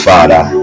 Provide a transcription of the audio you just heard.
Father